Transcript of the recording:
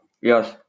Yes